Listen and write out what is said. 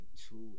two